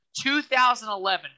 2011